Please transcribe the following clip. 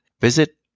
Visit